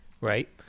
right